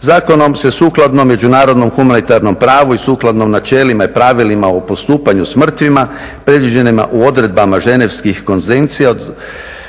Zakonom se sukladno međunarodnom humanitarnom pravu i sukladno načelima i pravilima u postupanju s mrtvima predviđenima u odredbama ženevskih konvencija od kolovoza